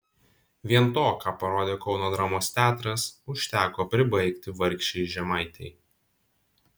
vien to ką parodė kauno dramos teatras užteko pribaigti vargšei žemaitei